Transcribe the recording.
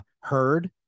heard